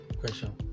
Question